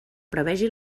prevegi